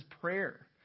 prayer